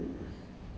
mm